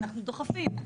אנחנו דוחפים,